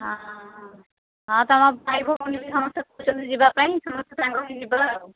ହଁ ହଁ ତୁମ ଭାଇ ଭଉଣୀ ବି ସମସ୍ତେ କହୁଛନ୍ତି ଯିବା ପାଇଁ ସମସ୍ତେ ସାଙ୍ଗ ହୋଇକି ଯିବା ଆଉ